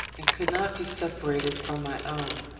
and could not be separated from my own.